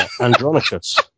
Andronicus